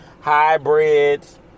hybrids